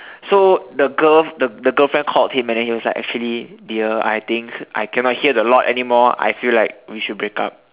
so the girl the the girlfriend called him and then he was like actually dear I think I cannot hear the lot anymore I feel like we should break up